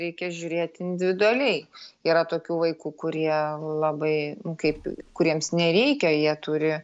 reikia žiūrėti individualiai yra tokių vaikų kurie labai kaip kuriems nereikia jie turi